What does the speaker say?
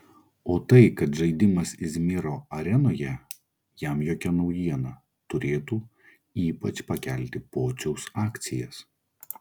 o tai kad žaidimas izmiro arenoje jam jokia naujiena turėtų ypač pakelti pociaus akcijas